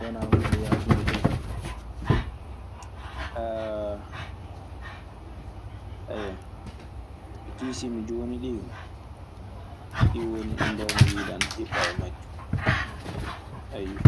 wanaa huunde yaafunde fey. ayiwa, ɗi kiisii mi jooni ɗin woni ɗi mbaaw mi wiyde ina hiɓɓa majjum, eyyo.